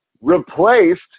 replaced